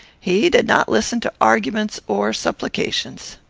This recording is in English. he did not listen to arguments or supplications.